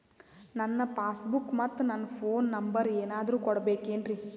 ನನ್ನ passbook ಮತ್ ನನ್ನ ಫೋನ್ ನಂಬರ್ ಏನಾದ್ರು ಕೊಡಬೇಕೆನ್ರಿ?